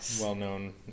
well-known